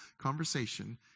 conversation